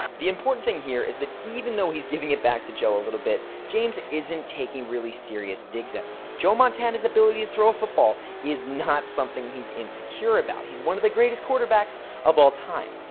the important thing here is that even though he's giving it back to joe a little bit, james isn't taking really serious digs at him. joe montana's ability to throw football is not something he's insecure about he's one of the greatest quarterbacks of all time.